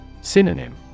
synonym